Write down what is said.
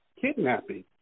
Kidnapping